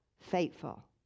faithful